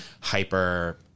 hyper